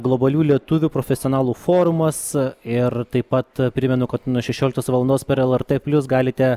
globalių lietuvių profesionalų forumas ir taip pat primenu kad nuo šešioliktos valandos per lrt plius galite